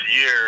year